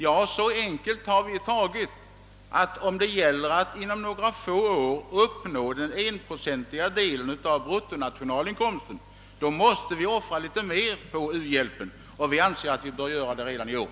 Ja, så enkelt har vi tagit på den, att vi anser att när det gäller att inom några få år uppnå en procent av bruttonationalinkomsten i u-hjälp, så måste vi offra litet mer på u-hjälpen redan i år.